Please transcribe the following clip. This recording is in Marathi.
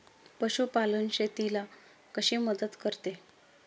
पशुपालन शेतीला कशी मदत करते?